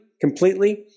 completely